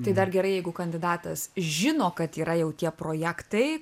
tai dar gerai jeigu kandidatas žino kad yra jau tie projektai